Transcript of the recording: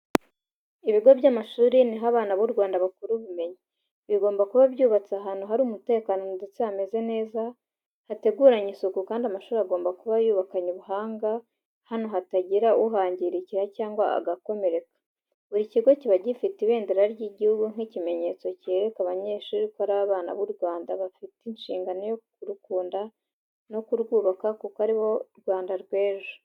Ibigo by'amashuri ni ho abana b'u Rwanda bakura ubumenyi, bigomba kuba byubatse ahantu hari umutekano ndetse hameze neza hateguranye isuku kandi amashuri agomba kuba yubakanye ubuhanga hano hatagira uhangirikira cyangwa agakomereka. Buri kigo kiba gifite ibendera ry'igihugu nk'ikimenyetso cyereka abanyeshuri ko ari abana b’u Rwanda bafite inshingano yo kurukunda no kurwubaka kuko ari bo Rwanda rw'ejo.